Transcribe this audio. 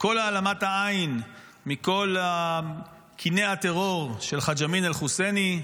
כל העלמת העין מכל קיני הטרור של חאג' אמין אל-חוסייני,